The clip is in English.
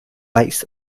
lights